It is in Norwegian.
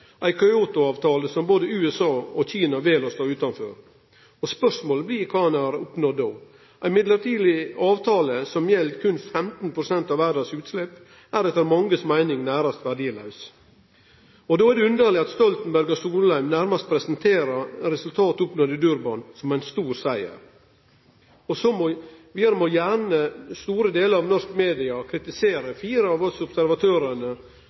ei tidlegare inngått klimaavtale, ei Kyotoavtale som både USA og Kina vel å stå utanfor. Spørsmålet blir kva ein har oppnådd då. Ei mellombels avtale som gjeld berre 15 pst. av verdas utslepp, er etter mange si meining nærmast verdilaus. Då er det underleg at Stoltenberg og Solheim nærmast presenterer resultata oppnådd i Durban som ein stor siger. Så må gjerne store delar av norsk media kritisere fire av oss observatørane